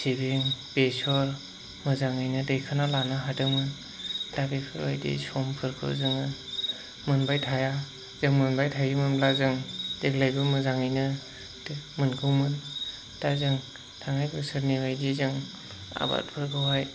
सिबिं बेसर मोजाङैनो दिखोना लानो हादोंमोन दा बेफोरबायदि समफोरखौ जोङो मोनबाय थाया जों मोनबाय थायोमोनब्ला जों देग्लायबो मोजाङैनो मोनगौमोन दा जों थांनाय बोसोरनिबायदि जों आबादफोरखौहाय